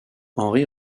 henri